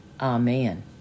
Amen